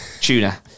Tuna